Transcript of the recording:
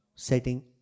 setting